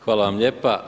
Hvala vam lijepa.